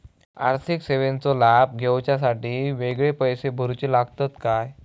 आर्थिक सेवेंचो लाभ घेवच्यासाठी वेगळे पैसे भरुचे लागतत काय?